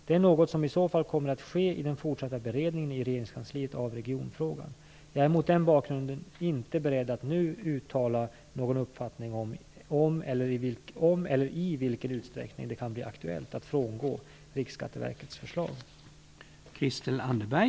Det är något som i så fall kommer att ske i den fortsatta beredningen i regeringskansliet av regionfrågan. Jag är mot den bakgrunden inte beredd att nu uttala någon uppfattning om eller i vilken utsträckning det kan bli aktuellt att frångå Riksskatteverkets förslag.